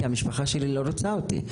כי המשפחה שלי לא רוצה אותי.